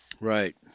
Right